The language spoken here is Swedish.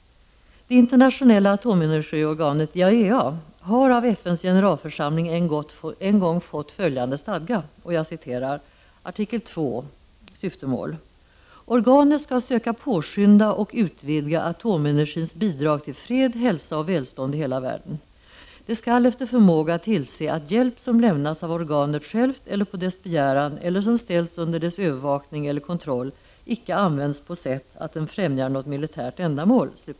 Det internationella atomenergiorganet, IAEA, har av FN:s generalförsamling en gång fått följande stadga i art. 2 som handlar om syftemål: ”Organet skall söka påskynda och utvidga atomenergins bidrag till fred, hälsa och välstånd i hela världen. Det skall efter förmåga tillse att hjälp som lämnas av organet självt eller på dess begäran, eller som ställts under dess övervakning eller kontroll, icke användes på sätt att den främjar något militärt ändamål”.